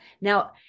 Now